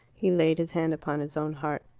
he laid his hand upon his own heart.